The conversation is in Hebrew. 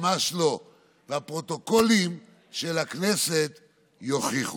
ממש לא, והפרוטוקולים של הכנסת יוכיחו.